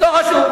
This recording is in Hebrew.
לא חשוב,